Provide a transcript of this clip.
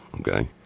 okay